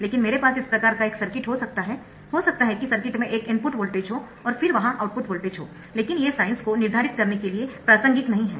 लेकिन मेरे पास इस प्रकार का एक सर्किट हो सकता है हो सकता है कि सर्किट में एक इनपुट वोल्टेज हो और फिर वहां आउटपुट वोल्टेज हो लेकिन ये साइन्स को निर्धारित करने के लिए प्रासंगिक नहीं है